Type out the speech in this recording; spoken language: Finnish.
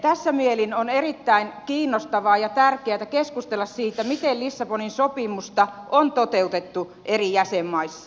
tässä mielin on erittäin kiinnostavaa ja tärkeätä keskustella siitä miten lissabonin sopimusta on toteutettu eri jäsenmaissa